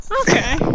Okay